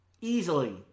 easily